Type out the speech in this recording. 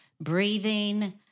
Breathing